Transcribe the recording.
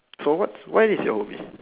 so what's what is your hobby